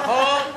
נכון.